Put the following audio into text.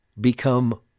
become